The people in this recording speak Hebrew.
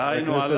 דהיינו,